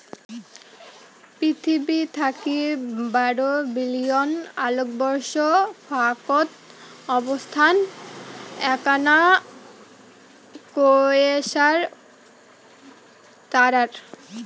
পিথীবি থাকি বারো বিলিয়ন আলোকবর্ষ ফাকত অবস্থান এ্যাকনা কোয়েসার তারার